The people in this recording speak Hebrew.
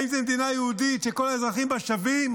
האם זו מדינה יהודית שכל האזרחים בה שווים,